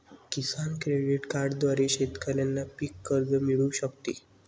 किसान credit कार्डद्वारे शेतकऱ्यांना पीक कर्ज मिळू शकते